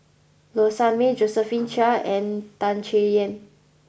Low Sanmay Josephine Chia and Tan Chay Yan